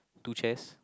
two chairs